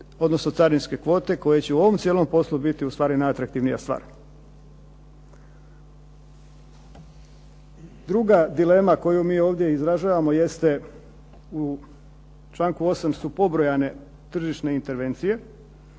odnosno carinske kvote koje će u ovom cijelom poslu biti u stvari najatraktivnija stvar. Druga dilema koju mi ovdje izražavamo jeste u članku 8. su pobrojane tržišne intervencije